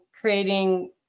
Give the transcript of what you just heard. creating